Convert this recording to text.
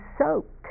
soaked